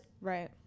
right